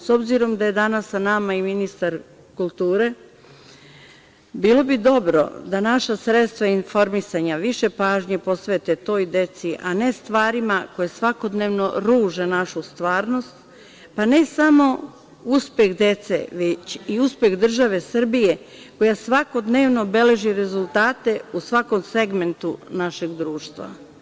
S obzirom da je danas sa nama i ministar kulture, bilo bi dobro da naša sredstva informisanja više pažnje posvete toj deci, a ne stvari koje svakodnevno ruže našu stvarnost, ne samo uspeh dece, već i uspeh države Srbije, koja svakodnevno beleži rezultate u svakom segmentu našeg društva.